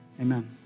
Amen